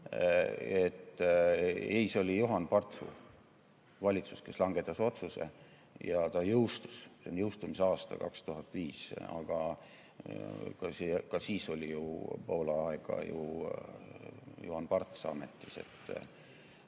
Ei, see oli Juhan Partsu valitsus, kes langetas otsuse ja see jõustus, 2005 on jõustumise aasta, aga ka siis oli ju pool aega Juhan Parts ametis.